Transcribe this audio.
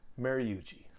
Mariucci